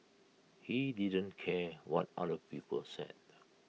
he didn't care what other people said